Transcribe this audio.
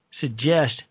suggest